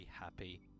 happy